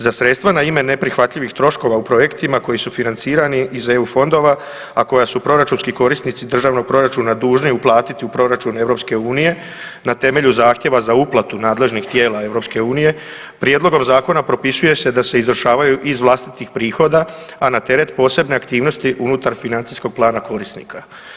Za sredstva na ime neprihvatljivih troškova u projektima koji su financirani iz EU fondova, a koja su proračunski korisnici državnog proračuna dužni uplatiti u proračun EU, na temelju zahtijeva za uplatu nadležnih tijela EU, prijedlogom zakona propisuje se da se izvršavaju iz vlastitih prihoda, a na teret posebne aktivnosti unutar financijskog plana korisnika.